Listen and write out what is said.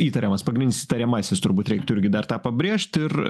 įtariamas pagrindinis įtariamasis turbūt reiktų irgi dar tą pabrėžti ir